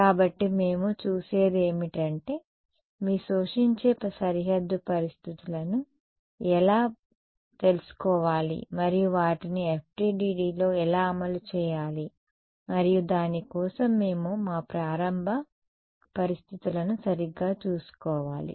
కాబట్టి మేము చూసేది ఏమిటంటే మీ శోషించే సరిహద్దు పరిస్థితులను ఎలా తీసుకోవాలి మరియు వాటిని FDTDలో ఎలా అమలు చేయాలి మరియు దాని కోసం మేము మా ప్రారంభ పరిస్థితులను సరిగ్గా చూసుకోవాలి